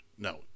No